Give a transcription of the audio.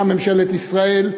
גם ממשלת ישראל.